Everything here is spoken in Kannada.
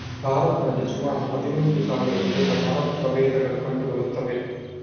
ಭಾರತದಲ್ಲಿ ಸುಮಾರು ಹದಿನೆಂಟು ಸಾವಿರ ವಿಧದ ಮರ ಪ್ರಭೇದಗಳು ಕಂಡು ಬರ್ತವೆ